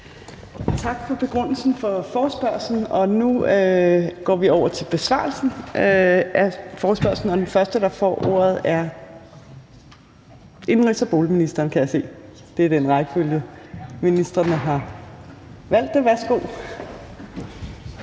Tak for begrundelsen af forespørgslen. Nu går vi over til besvarelsen af forespørgslen, og den første, der får ordet, er indenrigs- og boligministeren, kan jeg se. Det er den rækkefølge, ministrene har valgt. Værsgo.